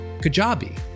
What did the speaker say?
Kajabi